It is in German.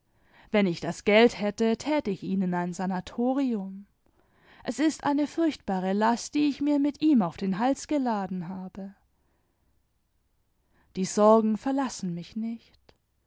wenn ich das geld hätte tat ich ihn in ein sanatorium es ist eine furchtbare last die ich mir mit ihm auf den hals geladen habe die sorgen verlassen mich nicht